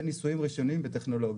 וניסויים ראשוניים בטכנולוגיות.